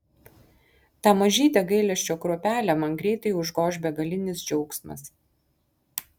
tą mažytę gailesčio kruopelę man greitai užgoš begalinis džiaugsmas